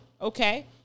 Okay